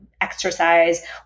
exercise